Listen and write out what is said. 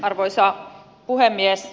arvoisa puhemies